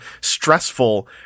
stressful